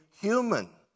human